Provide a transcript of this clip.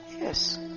Yes